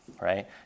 right